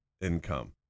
income